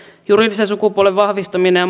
juridisen sukupuolen vahvistaminen ja